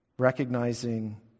recognizing